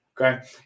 Okay